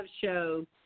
show